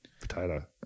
potato